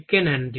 மிக்க நன்றி